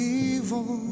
evil